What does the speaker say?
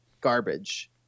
garbage